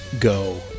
go